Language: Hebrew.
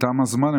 תם הזמן.